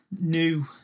new